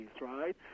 right